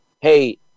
hey